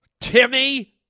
Timmy